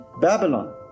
Babylon